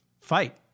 fight